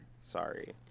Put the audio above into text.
Sorry